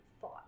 thought